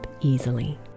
easily